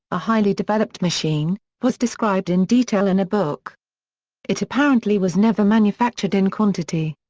a highly developed machine, was described in detail in a book it apparently was never manufactured in quantity.